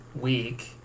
week